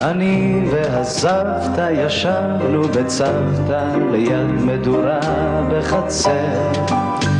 אני והסבתה ישבנו בצוותה ליד מדורה בחצר